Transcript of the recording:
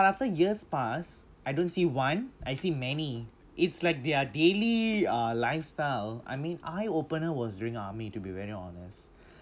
but after years pass I don't see one I see many it's like their daily uh lifestyle I mean eye opener was during army to be very honest